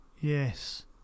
Yes